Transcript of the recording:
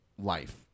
Life